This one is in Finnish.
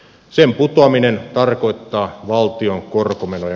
sen putoaminen tarkoittaa valtion korkomenoja